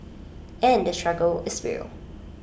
and the struggle is real